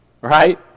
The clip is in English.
Right